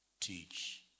Teach